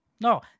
No